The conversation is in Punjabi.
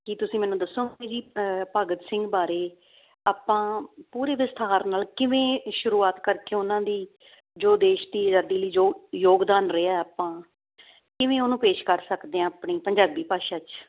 ਕੀ ਤੁਸੀਂ ਮੈਨੂੰ ਦੱਸੋਗੇ ਜੀ ਭਗਤ ਸਿੰਘ ਬਾਰੇ ਆਪਾਂ ਪੂਰੇ ਵਿਸਥਾਰ ਨਾਲ ਕਿਵੇਂ ਸ਼ੁਰੂਆਤ ਕਰਕੇ ਉਹਨਾਂ ਦੀ ਜੋ ਦੇਸ਼ ਦੀ ਆਜ਼ਾਦੀ ਲਈ ਜੋ ਯੋਗਦਾਨ ਰਿਹਾ ਆਪਾਂ ਕਿਵੇਂ ਉਹਨੂੰ ਪੇਸ਼ ਕਰ ਸਕਦੇ ਹਾਂ ਆਪਣੀ ਪੰਜਾਬੀ ਭਾਸ਼ਾ 'ਚ